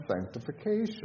sanctification